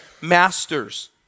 masters